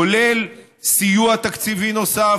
כולל סיוע תקציבי נוסף,